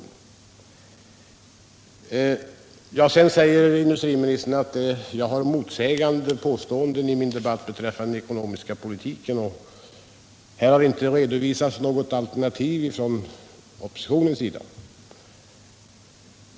Industriministern gör gällande att jag har fällt motsägande påståenden i denna debatt beträffande den ekonomiska politiken och att det inte har redovisats något alternativ från oppositionens sida.